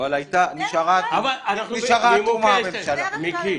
אבל נשארה הממשלה --- מיקי,